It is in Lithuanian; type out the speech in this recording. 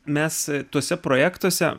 mes tuose projektuose